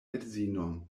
edzinon